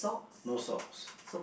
no socks